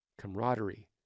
camaraderie